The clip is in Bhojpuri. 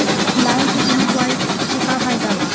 लाईन से गेहूं बोआई के का फायदा बा?